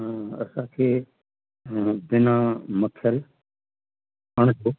असांखे बिना मखियल अणिको